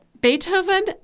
Beethoven